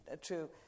true